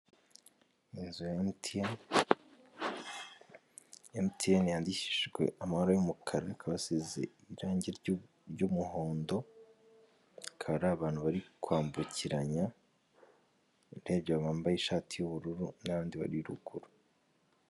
Inzu ya emutiyeni, emutiyeni yandikishijwe amara y'umukara hakaba hasize irangi ry'umuhondo, akaba ari abantu bari kwambukiranya urebye wambaye ishati y'ubururu n'abandi bari ruguru.